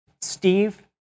Steve